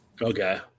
okay